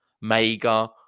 Mega